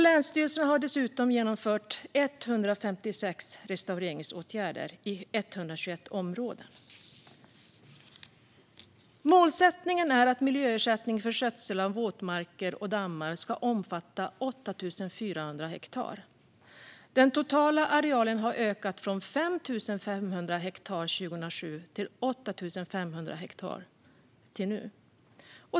Länsstyrelserna har dessutom genomfört 156 restaureringsåtgärder i 121 områden. Målsättningen är att miljöersättningen för skötsel av våtmarker och dammar ska omfatta 8 400 hektar. Den totala arealen har ökat från 5 500 hektar 2007 till 8 500 hektar nu.